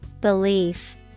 Belief